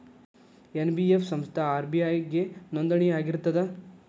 NBF ಸಂಸ್ಥಾ RBI ಗೆ ನೋಂದಣಿ ಆಗಿರ್ತದಾ?